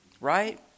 right